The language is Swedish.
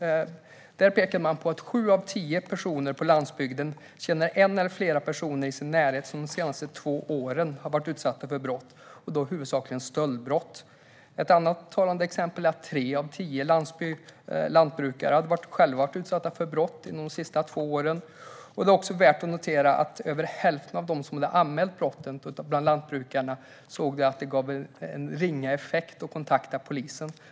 Där pekar man på att sju av tio personer på landsbygden känner en eller flera personer i sin närhet som de senaste två åren har varit utsatta för brott och då huvudsakligen stöldbrott. Ett annat talande exempel är att tre av tio lantbrukare själva hade varit utsatta för brott under de senaste två åren. Det är också värt att notera att över hälften av de lantbrukare som hade anmält brotten såg att det gav en ringa effekt att kontakta polisen.